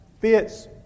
fits